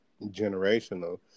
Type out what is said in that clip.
generational